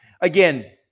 Again